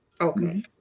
Okay